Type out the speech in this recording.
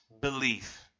Belief